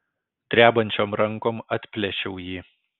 drebančiom rankom atplėšiau jį